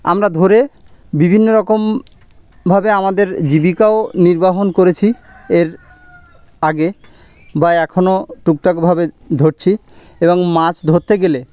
আমরা ধরে বিভিন্ন রকমভাবে আমাদের জীবিকাও নির্বাহন করেছি এর আগে বা এখনও টুকটাকভাবে ধরছি এবং মাছ ধরতে গেলে